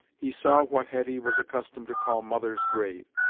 he saw what hetty was accustomed to call mother's grave.